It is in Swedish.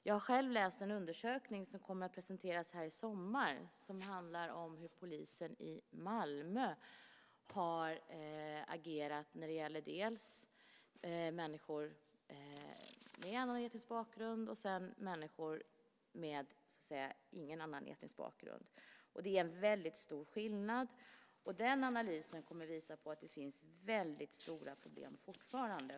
Jag har själv läst en undersökning som kommer att presenteras i sommar. Den handlar om hur polisen i Malmö har agerat när det gäller människor som har annan etnisk bakgrund och människor som inte har annan etnisk bakgrund. Det är en väldigt stor skillnad. Den analysen kommer att visa att det fortfarande finns väldigt stora problem.